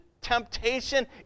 temptation